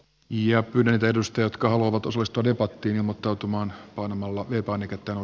ja köydenvedosta jotka ovat osallistuneet otti ne muotoutumaan on ollut japani kertoo